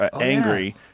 angry